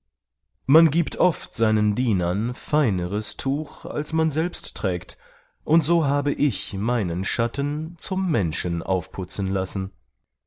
man giebt oft seinen dienern feineres tuch als man selbst trägt und so habe ich meinen schatten zum menschen aufputzen lassen